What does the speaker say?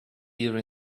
here